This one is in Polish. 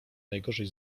najgorzej